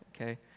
okay